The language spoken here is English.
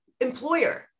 employer